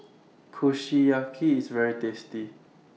Kushiyaki IS very tasty